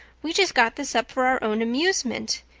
we just got this up for our own amusement.